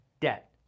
debt